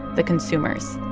the consumers.